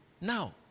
Now